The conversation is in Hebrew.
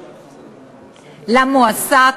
למועסק,